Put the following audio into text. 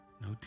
no